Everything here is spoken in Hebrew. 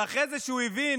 ואחרי זה, כשהוא הבין